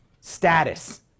status